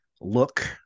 look